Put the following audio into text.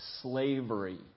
slavery